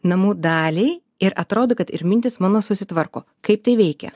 namų dalį ir atrodo kad ir mintys mano susitvarko kaip tai veikia